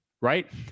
right